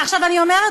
עכשיו אני אומרת,